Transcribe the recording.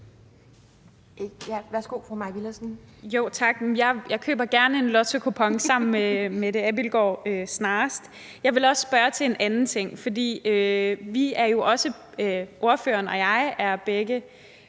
Kl. 12:30 Mai Villadsen (EL): Tak. Jeg køber gerne en lottokupon sammen med Mette Abildgaard snarest. Jeg vil også spørge til en anden ting, for ordføreren og jeg er også